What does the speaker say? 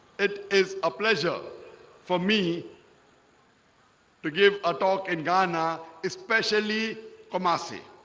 it is a pleasure for me to give a talk in ghana, especially amasi